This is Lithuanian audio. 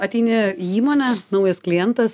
ateini į įmonę naujas klientas